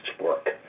work